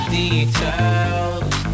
details